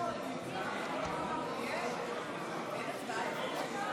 עמית הלוי וקבוצת